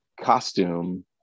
costume